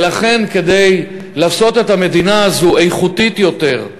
ולכן כדאי לעשות את המדינה הזו איכותית יותר,